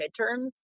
midterms